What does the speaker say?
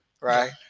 right